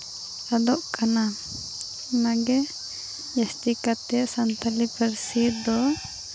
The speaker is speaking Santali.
ᱟᱫᱚᱜ ᱠᱟᱱᱟ ᱚᱱᱟᱜᱮ ᱡᱟᱹᱥᱛᱤ ᱠᱟᱛᱮ ᱥᱟᱱᱛᱟᱲᱤ ᱯᱟᱹᱨᱥᱤ ᱫᱚ